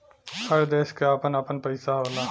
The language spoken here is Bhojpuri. हर देश क आपन आपन पइसा होला